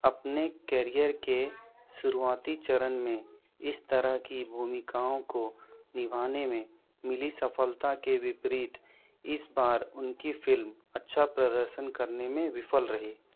अपने कैरियर के शुरुआती चरण में इस तरह की भूमिकाओं को निभाने में मिली सफलता के विपरीत इस बार उनकी फ़िल्म अच्छा प्रदर्शन करने में विफल रही